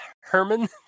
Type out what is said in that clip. Herman